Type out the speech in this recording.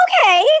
Okay